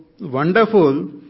wonderful